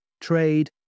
trade